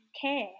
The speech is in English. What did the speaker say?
care